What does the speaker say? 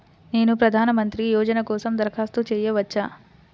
నేను ప్రధాన మంత్రి యోజన కోసం దరఖాస్తు చేయవచ్చా?